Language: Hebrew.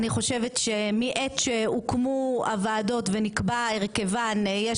אני חושבת שמעת שהוקמו הוועדות ונקבע הרכבן יש